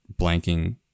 blanking